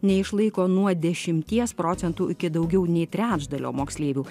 neišlaiko nuo dešimties procentų iki daugiau nei trečdalio moksleivių